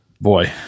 Boy